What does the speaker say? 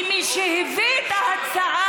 כי מי שהביא את ההצעה,